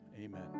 amen